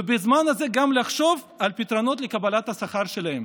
ובזמן הזה גם לחשוב על פתרונות לקבלת השכר שלהם.